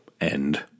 end